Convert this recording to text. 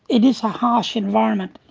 it is a harsh environment,